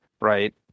Right